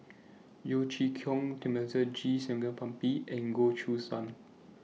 Yeo Chee Kiong Thamizhavel G Sarangapani and Goh Choo San